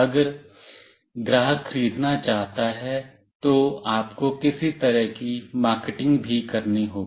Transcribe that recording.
अगर ग्राहक खरीदना चाहता है तो आपको किसी तरह की मार्केटिंग भी करनी होगी